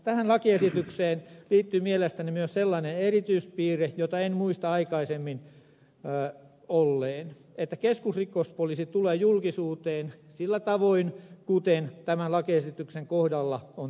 tähän lakiesitykseen liittyy mielestäni myös sellainen erityispiirre jota en muista aikaisemmin olleen että keskusrikospoliisi tulee julkisuuteen sillä tavoin kuin tämän lakiesityksen kohdalla on tapahtunut